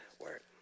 work